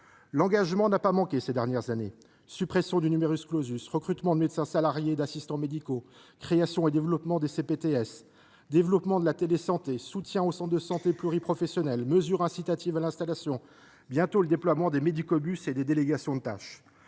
L’engagement n’a pas manqué ces dernières années : suppression du, recrutement de médecins salariés et d’assistants médicaux, création et développement des CPTS, développement de la télésanté, soutien aux centres de santé pluriprofessionnels, mesures incitatives à l’installation, bientôt le déploiement des médicobus et des délégations de tâches.